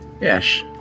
Yes